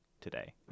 today